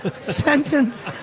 sentence